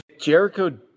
Jericho